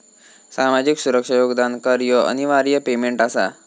सामाजिक सुरक्षा योगदान कर ह्यो अनिवार्य पेमेंट आसा